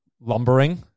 lumbering